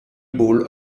bull